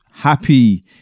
happy